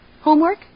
Homework